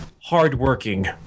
Hardworking